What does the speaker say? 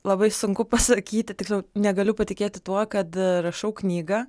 labai sunku pasakyti tiksliau negaliu patikėti tuo kad rašau knygą